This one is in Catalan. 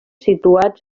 situats